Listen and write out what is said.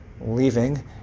leaving